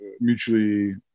mutually